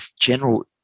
general